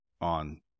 on